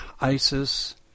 ISIS